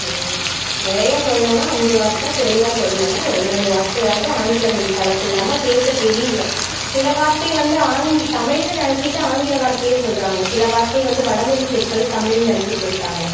நிறையா சொல்லணுன்னா அஞ்சு வார்த்தை குறைவாக சொல்லணுன்னா ஒரு மூணு வார்த்தையாவது ஆங்கில மொழி கலப்பில்லாமல் பேச தெரியிலை சில வார்த்தை வந்து ஆங்கி தமிழ்னு நெனைச்சிட்டு ஆங்கில வார்த்தையை சொல்கிறாங்க சில வார்த்தை வந்து வடமொழி சொற்களை தமிழ்னு நினச்சிட்டு இருக்காங்க